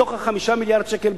מתוך ה-5 מיליארד שקל,